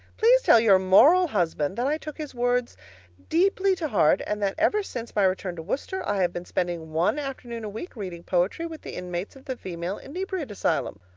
please tell your moral husband that i took his words deeply to heart, and that ever since my return to worcester i have been spending one afternoon a week reading poetry with the inmates of the female inebriate asylum.